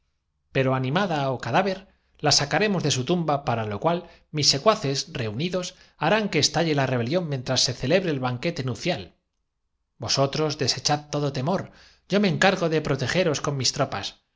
pero animada ó cadáver la sacaremos de su tumba sí parece que alguien llama para lo cual mis secuaces reunidos harán que estalle y como todos prestasen atención los golpes se re la rebelión mientras se celebre el banquete nupcial produjeron con mayor insistencia vosotros desechad todo temor yo me encargo de pro no advertís hizo notar clara resuenan por tegeros con mis tropas